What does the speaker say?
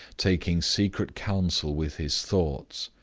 taking secret counsel with his thoughts,